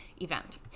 event